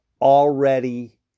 already